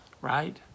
right